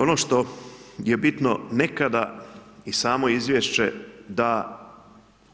Ono što je bitno, nekada i samo izvješće da